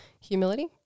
humility